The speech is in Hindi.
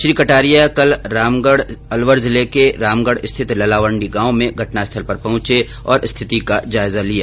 श्री कटारिया कल जिले के रामगढ़ स्थित ललावंडी गांव में घटनास्थल पर पहुंचे और स्थिति का जायजा लिया